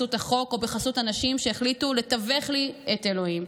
בחסות החוק או בחסות אנשים שהחליטו לתווך לי את אלוהים.